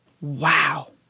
Wow